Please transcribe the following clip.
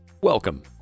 Welcome